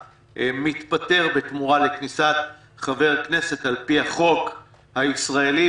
מתפטר בתמורה לכניסת חבר כנסת על פי החוק הישראלי,